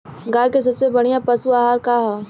गाय के सबसे बढ़िया पशु आहार का ह?